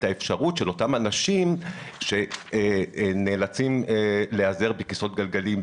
האפשרות של אותם אנשים שנאלצים להיעזר בכיסאות גלגלים,